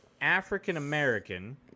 African-American